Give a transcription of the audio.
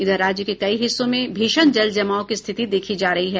इधर राज्य के कई हिस्सों में भीषण जल जमाव की स्थिति देखी जा रही है